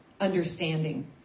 understanding